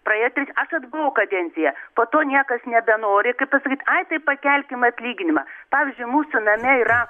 praėjo trys aš atbuvau kadenciją po to niekas nebenori kaip pasakyt ai tai pakelkim atlyginimą pavyzdžiui mūsų name yra